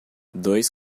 dois